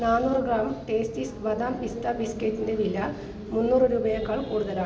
നാന്നൂറ് gram Tasties ബദാം പിസ്ത ബിസ്കറ്റി ന്റെ വില മുന്നൂറ് രൂപയേക്കാൾ കൂടുതലാണോ